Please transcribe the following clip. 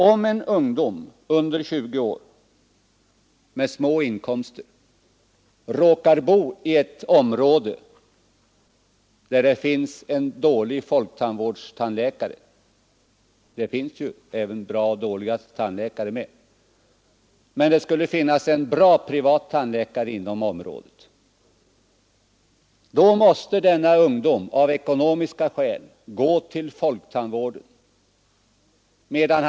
Om en ung människa under 20 år med små inkomster råkar bo i ett område där det finns en dålig folktandvårdstandläkare — det förekommer ju bra och dåliga tandläkare — men där det finns en bra privat tandläkare, då måste denna unga människa av ekonomiska skäl gå till folktandvården.